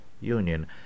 Union